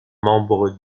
membre